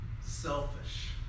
Selfish